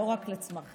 לא רק לצמחים,